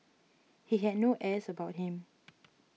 he had no airs about him